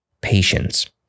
patience